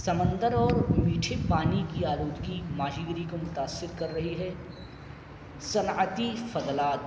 سمندر اور میٹھے پانی کی آلودگی ماہی گیری کو متاثر کر رہی ہے صنعتی فضلات